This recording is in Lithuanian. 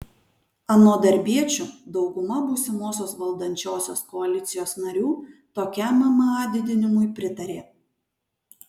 anot darbiečių dauguma būsimosios valdančiosios koalicijos narių tokiam mma didinimui pritarė